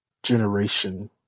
generation